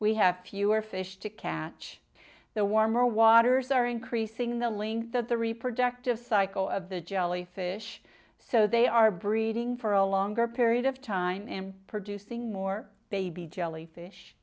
we have fewer fish to catch the warmer waters are increasing the link that the reproductive cycle of the jellyfish so they are breeding for a longer period of time and producing more baby jellyfish